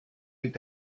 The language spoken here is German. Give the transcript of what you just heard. mit